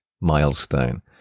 milestone